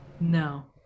no